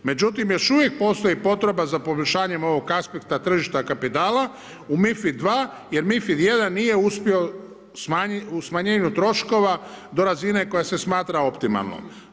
Međutim, još uvijek postoji potreba za poboljšanje ovog aspekta tržišta kapitala u MiFID2 jer MiFID1 nije uspio u smanjenju troškova, do razine koja se smatra optimalnom.